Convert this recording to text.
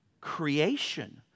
creation